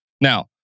Now